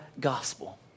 gospel